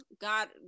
God